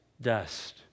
Dust